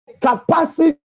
capacity